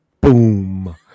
Boom